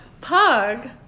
pug